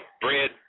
bread